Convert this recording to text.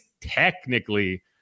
technically